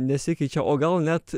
nesikeičia o gal net